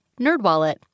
NerdWallet